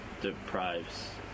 deprives